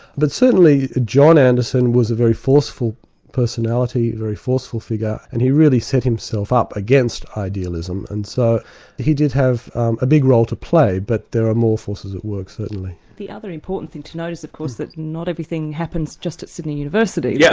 but certainly john anderson was a very forceful personality, a very forceful figure and he really set himself up against idealism. and so he did have a big role to play, but there were ah more forces at work, certainly. the other important thing to know is of course that not everything happens just at sydney university. yeah